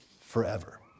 forever